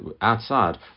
outside